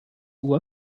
uhr